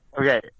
Okay